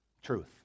truth